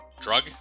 Drug